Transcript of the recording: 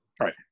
Right